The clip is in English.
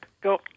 go